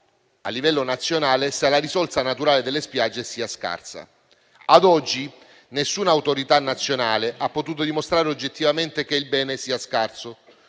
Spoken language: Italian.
a livello nazionale se la risorsa naturale delle spiagge sia scarsa. Ad oggi nessuna autorità nazionale ha potuto dimostrare oggettivamente che il bene sia scarso.